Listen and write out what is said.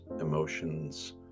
emotions